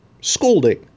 scolding